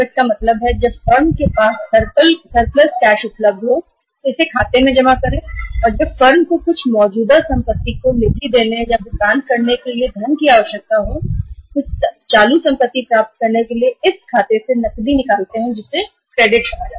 इसका मतलब है कि यदि फर्म के पास आवश्यकता से अधिक नकद उपलब्ध है तो वह इस खाते में जमा कर सकते हैं और जब फर्म को किसी चालू संपत्ति को फंड करने के लिए फंड की आवश्यकता हो या किसी चालू संपत्ति का भुगतान करने के लिए फंड की आवश्यकता हो तो वह इस खाते से नकद निकाल सकते हैं जिसे क्रेडिट कहा जाता है